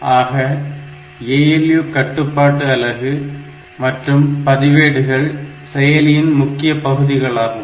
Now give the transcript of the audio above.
ஆக ALU கட்டுப்பாட்டு அலகு மற்றும் பதிவேடுகள் செயலியின் முக்கிய பகுதிகளாகும்